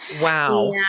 Wow